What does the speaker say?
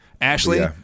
Ashley